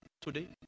today